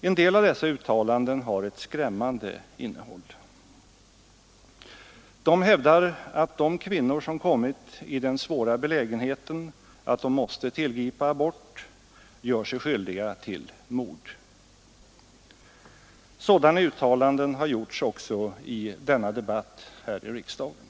En del av dessa uttalanden har ett skrämmande innehåll. De hävdar att de kvinnor som kommit i den svåra belägenheten att de måste tillgripa abort gör sig skyldiga till mord. Sådana uttalanden har gjorts också i denna debatt här i riksdagen.